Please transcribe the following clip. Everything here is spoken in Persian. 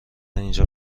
اینجا